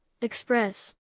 express